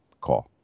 call